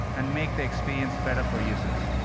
and make the experience better for users.